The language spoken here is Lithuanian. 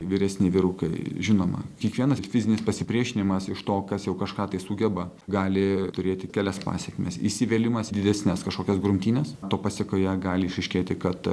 vyresni vyrukai žinoma kiekvienas fizinis pasipriešinimas iš to kas jau kažką tai sugeba gali turėti kelias pasekmes įsivėlimas į didesnes kažkokias grumtynes to pasekoje gali išryškėti kad